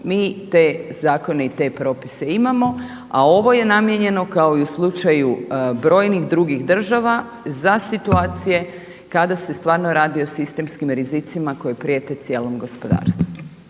Mi te zakone i te propise imamo, a ovo je namijenjeno kao i u slučaju brojni drugih država za situacije kada se stvarno radi o sistemskim rizicima koje prijete cijelom gospodarstvu.